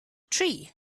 tree